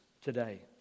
today